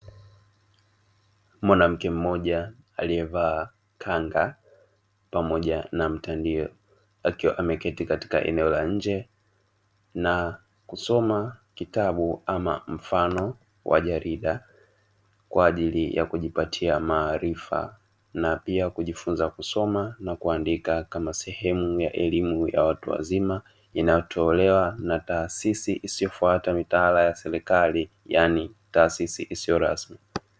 Mwanamke mmoja aliye vaa kanga pamoja na mtandio; akiwa ameketi katika eneo la nje na kusoma kitabu ama mfano wa jarida, kwaajili ya kujipatia maarifa na pia kujifunza kusoma na kuandika kama sehemu ya elimu ya watu wazima inayotolewa na taasisi isiyofuata mitaala ya serikali yaani taasisi isiyo rasmi.